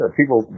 people